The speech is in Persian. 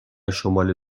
شمال